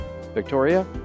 Victoria